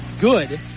good